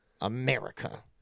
America